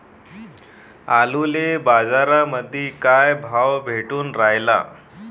आलूले बाजारामंदी काय भाव भेटून रायला?